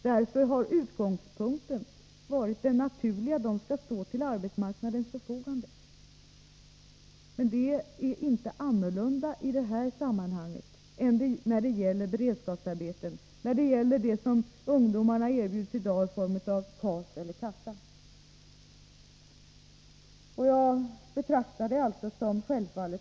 Därför har utgångspunkten varit naturlig: ungdomarna skall stå till arbetsmarknadens förfogande. Det är inte annorlunda i det här sammanhanget än när det gäller beredskapsarbeten i fråga om det som ungdomarna erbjuds i form av KAS eller ersättning från arbetslöshetskassa.